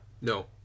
No